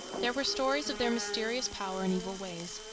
there were stories of their mysterious power and evil ways.